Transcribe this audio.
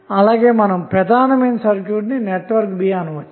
అలాగే ప్రధాన సర్క్యూట్ ని నెట్వర్క్ బి అంటాము